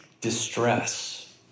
distress